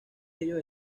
ellos